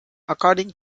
according